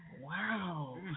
Wow